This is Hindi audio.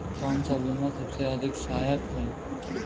कौन सा बीमा सबसे अधिक सहायक है?